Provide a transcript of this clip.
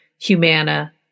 Humana